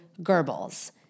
Goebbels